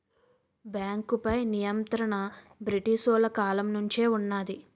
బేంకుపై నియంత్రణ బ్రిటీసోలు కాలం నుంచే వున్నది